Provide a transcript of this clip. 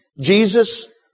Jesus